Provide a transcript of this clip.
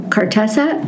Cartessa